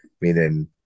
Meaning